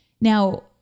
Now